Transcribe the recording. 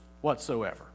whatsoever